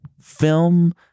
film